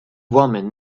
woman